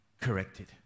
corrected